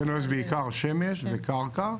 אצלנו יש בעיקר שמש וקרקע.